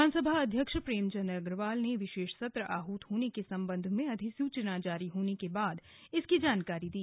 विधानसभा अध्यक्ष प्रेमचंद अग्रवाल ने विशेष सत्र आहत होने के संबंध में अधिसुचना जारी होने के बाद इसकी जानकारी दी